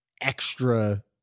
extra